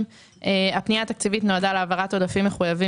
הפנייה התקציבית נועדה להעברת עודפים מחויבים